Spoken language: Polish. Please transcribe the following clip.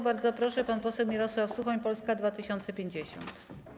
Bardzo proszę, pan poseł Mirosław Suchoń, Polska 2050.